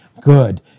Good